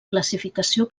classificació